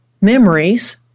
memories